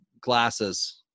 glasses